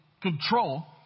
control